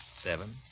seven